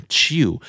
chew